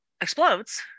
explodes